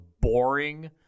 boring